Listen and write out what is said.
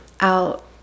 out